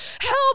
Help